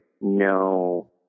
no